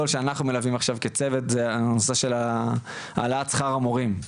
שאנחנו מלווים עכשיו כצוות זה הנושא של העלאת שכר המורים,